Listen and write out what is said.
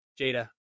jada